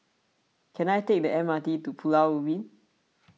can I take the M R T to Pulau Ubin